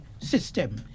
system